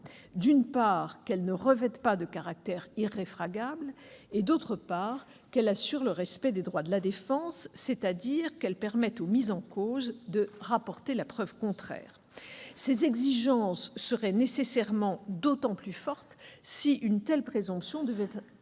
d'une part, qu'elle ne revête pas de caractère irréfragable, d'autre part, qu'elle assure le respect des droits de la défense, c'est-à-dire qu'elle permette au mis en cause de rapporter la preuve contraire. Ces exigences seraient nécessairement d'autant plus fortes si une telle présomption devait être